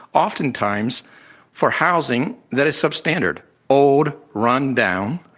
oftentimes for housing that is substandard old, run-down,